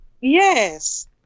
Yes